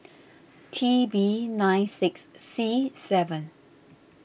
T B nine six C seven